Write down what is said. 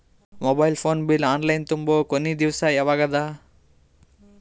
Mobile phone bill online ತುಂಬೊ ಕೊನಿ ದಿವಸ ಯಾವಗದ?